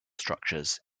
structures